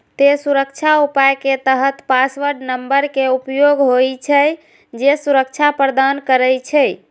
तें सुरक्षा उपाय के तहत पासवर्ड नंबर के उपयोग होइ छै, जे सुरक्षा प्रदान करै छै